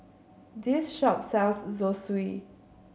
this shop sells Zosui